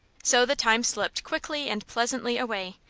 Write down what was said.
so the time slipped quickly and pleasantly away,